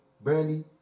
Brandy